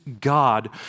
God